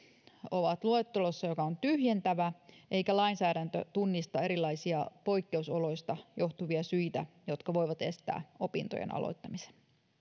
ovat luettelossa joka on tyhjentävä eikä lainsäädäntö tunnista erilaisia poikkeusoloista johtuvia syitä jotka voivat estää opintojen aloittamisen